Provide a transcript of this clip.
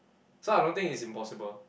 so I don't think it's impossible